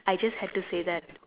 I just had to say that